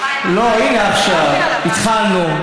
לא, הינה, עכשיו התחלנו.